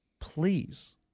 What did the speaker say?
please